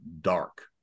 dark